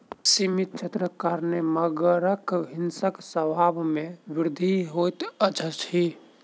सीमित क्षेत्रक कारणेँ मगरक हिंसक स्वभाव में वृद्धि होइत अछि